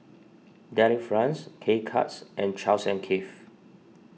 Delifrance K Cuts and Charles and Keith